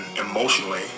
emotionally